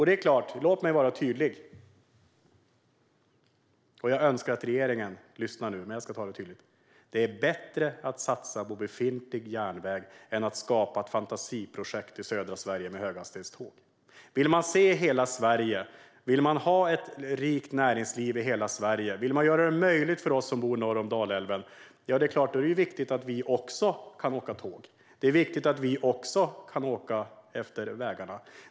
Låt mig vara tydlig, och jag önskar att regeringen lyssnar nu. Det är bättre att satsa på befintlig järnväg än att skapa ett fantasiprojekt i södra Sverige med höghastighetståg. Vill man se hela Sverige, vill man ha ett rikt näringsliv i hela Sverige och vill man göra det möjligt för oss som bor norr om Dalälven, då är det viktigt att vi också kan åka tåg och att vi också kan åka på vägarna.